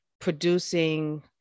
producing